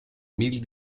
mil